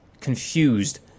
confused